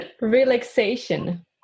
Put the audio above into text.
relaxation